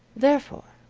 therefore,